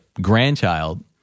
grandchild